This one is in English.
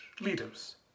leaders